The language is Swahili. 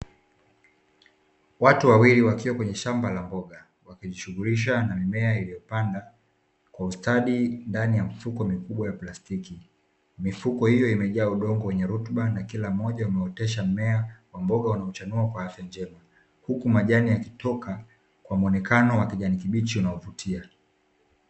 Watu wawili wakiwa kwenye shamba la mboga, wakijishughulisha na mimea iliyopandwa kwa ustadi ndani ya mifuko mikubwa ya plastiki. Mifuko hiyo imejaa udongo wenye rutuba na kila mmoja umeotesha mmea wa mboga unaochanua kwa afya njema. Huku majani yakitoka kwa muonekano wa kijani kibichi unaovutia.